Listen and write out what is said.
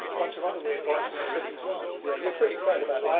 bunch of other weird bikes in the office as well. yeah you're pretty excited about